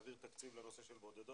להעביר תקציב לנושא של הבודדות.